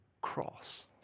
cross